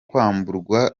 kwamburwa